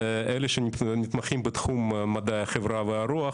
אלו שנתמכים בתחום מדעי החברה והרוח,